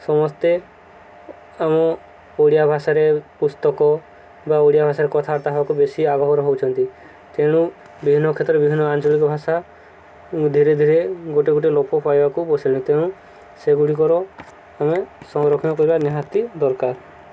ସମସ୍ତେ ଆମ ଓଡ଼ିଆ ଭାଷାରେ ପୁସ୍ତକ ବା ଓଡ଼ିଆ ଭାଷାର କଥା ତାହାକୁ ବେଶୀ ଆଗ୍ରହ ହେଉଛନ୍ତି ତେଣୁ ବିଭିନ୍ନ କ୍ଷେତ୍ରରେ ବିଭିନ୍ନ ଆଞ୍ଚଳିକ ଭାଷା ଧୀରେ ଧୀରେ ଗୋଟେ ଗୋଟେ ଲୋପ ପାଇବାକୁ ବସିଲାଣି ତେଣୁ ସେଗୁଡ଼ିକର ଆମେ ସଂରକ୍ଷଣ କରିବା ନିହାତି ଦରକାର